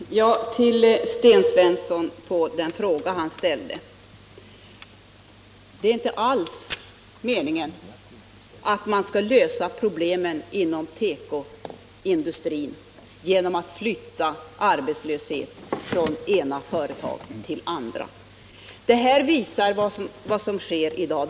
Herr talman! Jag vill svara Sten Svensson på den fråga han ställde: Det är inte alls meningen att man skall lösa problemen inom tekoindustrin genom att flytta arbetslöshet från det ena företaget till det andra. Det här visar vad som sker i dag.